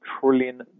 trillion